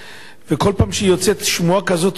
וכל פעם שיוצאת שמועה כזאת או אחרת